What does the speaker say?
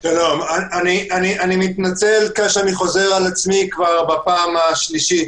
אני מתנצל שאני חוזר על עצמי כבר בפעם השלישית,